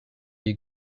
you